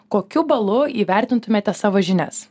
kokiu balu įvertintumėte savo žinias